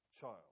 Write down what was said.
child